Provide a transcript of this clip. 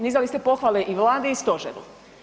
Nizali ste pohvale i Vladi i stožeru.